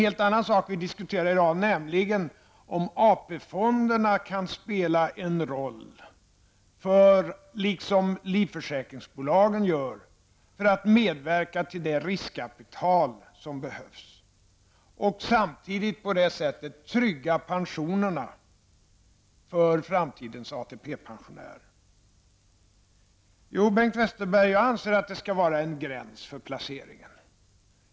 I dag diskuterar vi en helt annan sak, nämligen om AP-fonderna kan spela en roll, liksom livförsäkringsbolagen gör, för att bidra till det riskkapital som behövs och på detta sätt tryggas pensionerna för framtidens ATP-pensionärer. Jo, Bengt Westerberg, jag anser att det skall finnas en gräns för placeringen.